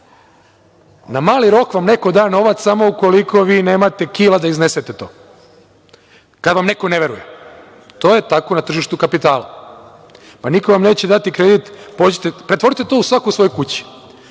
Na mali rok vam neko da novac samo ukoliko vi nemate kila da iznesete to, kada vam neko ne veruje. To je tako na tržištu kapitala. Pa, niko vam neće dati kredit. Pretvorite to svako u svojoj kući,